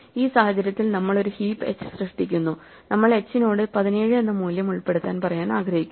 ഈ സാഹചര്യത്തിൽ നമ്മൾ ഒരു ഹീപ്പ് h സൃഷ്ടിച്ചിരിക്കുന്നു നമ്മൾ h നോട് 17 എന്ന മൂല്യം ഉൾപ്പെടുത്താൻ പറയാൻ ആഗ്രഹിക്കുന്നു